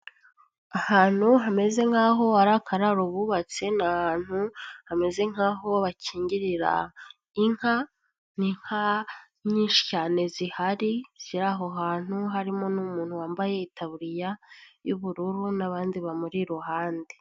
Ahantu hameze nkaho ari akararo bubatse ni ahantu hameze nkaho bakingirira inka, inka nyinshi cyane zihari ziri aho hantu harimo n'umuntu wambaye itaburiya y'ubururu n'abandi bamuri iruhande.